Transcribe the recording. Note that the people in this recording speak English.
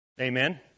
Amen